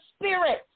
spirit